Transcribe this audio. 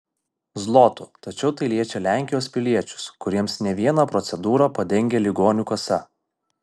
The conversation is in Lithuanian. zlotų tačiau tai liečia lenkijos piliečius kuriems ne vieną procedūrą padengia ligonių kasa